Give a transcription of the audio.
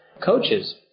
coaches